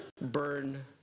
burn